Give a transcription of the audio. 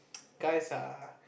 guys ah